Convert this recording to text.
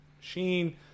machine